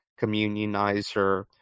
communionizer